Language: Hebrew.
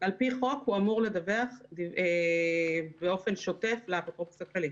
על פי חוק הוא אמור לדווח באופן שוטף לאפוטרופוס הכללי.